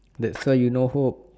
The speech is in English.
that's why you no hope